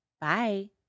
Bye